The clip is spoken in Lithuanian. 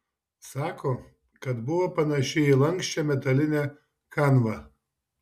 sako kad buvo panaši į lanksčią metalinę kanvą